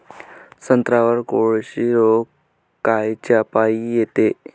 संत्र्यावर कोळशी रोग कायच्यापाई येते?